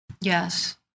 Yes